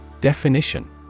Definition